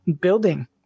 building